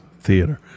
theater